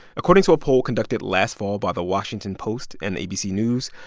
according to a poll conducted last fall by the washington post and abc news,